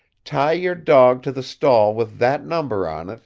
tie your dog to the stall with that number on it,